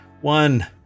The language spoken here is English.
one